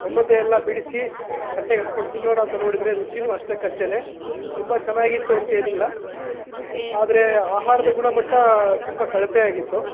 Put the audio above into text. ಒಂದೊಂದೇ ಎಲ್ಲ ಬಿಡಿಸಿ ತಟ್ಟೆಗೆ ಹಾಕ್ಕೊಂಡು ತಿನ್ನೋಣ ಅಂತ ನೋಡಿದರೆ ರುಚಿನೂ ಅಷ್ಟಕ್ಕಷ್ಟೆನೇ ತುಂಬ ಚೆನ್ನಾಗಿತ್ತು ಅಂತೇನಿಲ್ಲ ಆದರೆ ಆಹಾರದ ಗುಣಮಟ್ಟ ತುಂಬ ಕಳಪೆಯಾಗಿತ್ತು